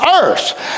earth